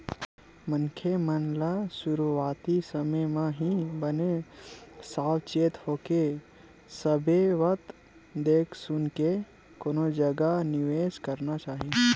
मनखे मन ल सुरुवाती समे म ही बने साव चेत होके सुबेवत देख सुनके कोनो जगा निवेस करना चाही